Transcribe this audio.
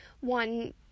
one